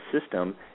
system